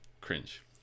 cringe